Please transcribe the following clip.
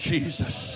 Jesus